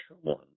one